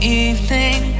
evening